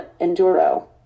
Enduro